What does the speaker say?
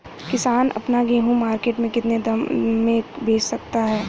किसान अपना गेहूँ मार्केट में कितने दाम में बेच सकता है?